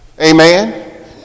Amen